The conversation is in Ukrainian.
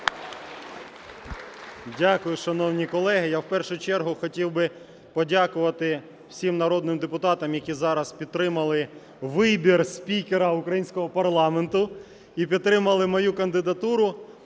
Дякую, шановні колеги. Я в першу чергу хотів би подякувати всім народним депутатам, які зараз підтримали вибір спікера українського парламенту і підтримали мою кандидатуру.